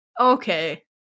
okay